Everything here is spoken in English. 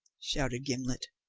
shouted gimblet.